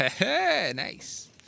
Nice